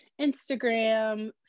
Instagram